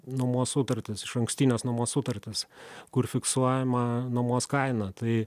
nuomos sutartis išankstinės nuomos sutartis kur fiksuojama nuomos kaina tai